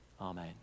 Amen